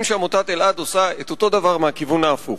שעמותת אלע"ד עושה אותו דבר מהכיוון ההפוך.